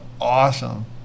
awesome